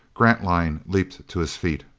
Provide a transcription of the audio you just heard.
grantline leaped to his feet.